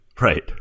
right